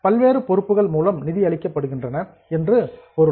பல்வேறு பொறுப்புகள் மூலம் நிதி அளிக்கப்படுகின்றன என்று பொருள்